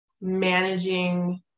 managing